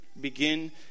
begin